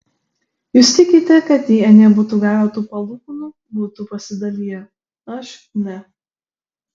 jūs tikite kad jei anie būtų gavę tų palūkanų būtų pasidaliję aš ne